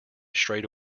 straight